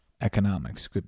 economics